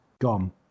Gone